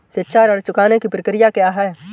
शिक्षा ऋण चुकाने की प्रक्रिया क्या है?